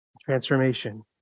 transformation